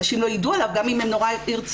אנשים לא ידעו עליו גם אם נורא ירצו'.